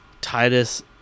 Titus